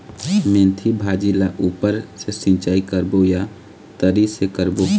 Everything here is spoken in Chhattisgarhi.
मेंथी भाजी ला ऊपर से सिचाई करबो या तरी से करबो?